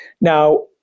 Now